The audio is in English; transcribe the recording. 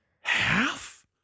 Half